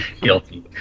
Guilty